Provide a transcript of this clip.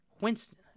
Winston